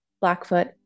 Blackfoot